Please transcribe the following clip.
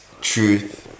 truth